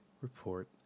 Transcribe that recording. report